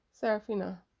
Serafina